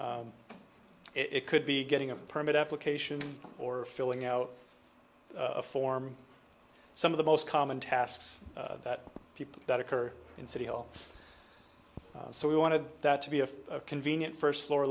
it could be getting a permit application or filling out a form some of the most common tasks that people that occur in city hall so we wanted that to be a convenient first floor